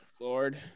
lord